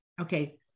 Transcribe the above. okay